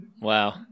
Wow